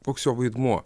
koks jo vaidmuo